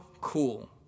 cool